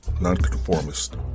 nonconformist